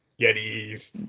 yetis